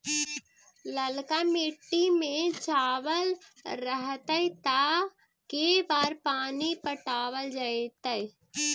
ललका मिट्टी में चावल रहतै त के बार पानी पटावल जेतै?